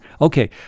Okay